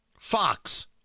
Fox